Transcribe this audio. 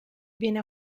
viene